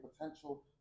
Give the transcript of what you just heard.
potential